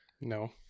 no